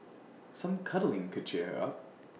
some cuddling could cheer her up